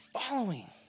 following